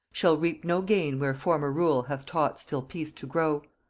shall reap no gain where former rule hath taught still peace to grow.